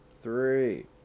three